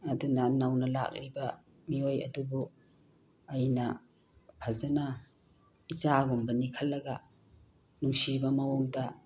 ꯑꯗꯨꯅ ꯅꯧꯅ ꯂꯥꯛꯂꯤꯕ ꯃꯤꯑꯣꯏ ꯑꯗꯨꯕꯨ ꯑꯩꯅ ꯐꯖꯅ ꯏꯆꯥꯒꯨꯝꯕꯅꯤ ꯈꯜꯂꯒ ꯅꯨꯡꯁꯤꯕ ꯃꯑꯣꯡꯗ